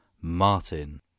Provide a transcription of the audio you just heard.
Martin